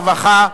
הרווחה,